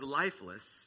lifeless